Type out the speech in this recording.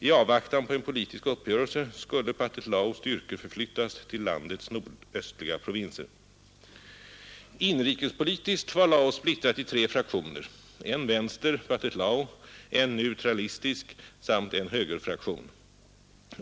I avvaktan på en politisk uppgörelse skulle Pathet Laos styrkor förlyttas till landets nordöstliga provinser. Inrikespolitiskt var Laos splittrat i tre fraktioner: en vänster-, Pathet Lao, en neutralistisk samt en högerfraktion.